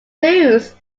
news